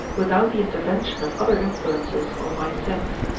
without the intervention of other influences on my sense.